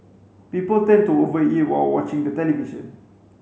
people tend to over eat while watching the television